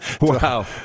Wow